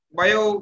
bio